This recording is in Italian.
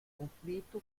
conflitto